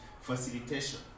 facilitation